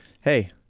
Hey